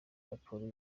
raporo